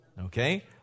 Okay